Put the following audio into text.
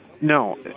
No